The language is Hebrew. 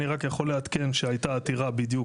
אני רק יכול לעדכן שהייתה עתירה בדיוק